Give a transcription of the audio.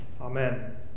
Amen